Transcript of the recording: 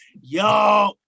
yo